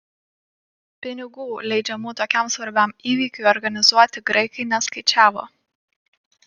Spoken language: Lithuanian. pinigų leidžiamų tokiam svarbiam įvykiui organizuoti graikai neskaičiavo